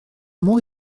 mor